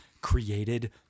created